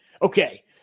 Okay